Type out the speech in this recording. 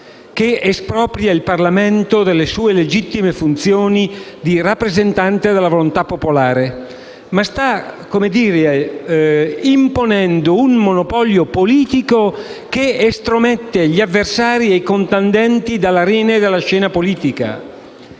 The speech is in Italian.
che espropria il Parlamento delle sue legittime funzioni di rappresentante della volontà popolare ma, per così dire, un monopolio politico che estromette gli avversari e i contendenti dall'arena e dalla scena politica.